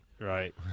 Right